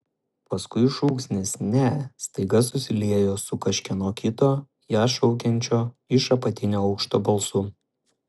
paskui šūksnis ne staiga susiliejo su kažkieno kito ją šaukiančio iš apatinio aukšto balsu